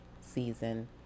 season